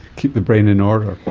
keep the brain in order.